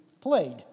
played